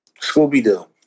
Scooby-Doo